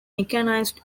mechanized